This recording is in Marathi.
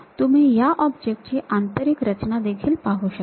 तुम्ही या ऑब्जेक्ट ची आंतरिक रचना देखील पाहू शकता